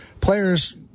players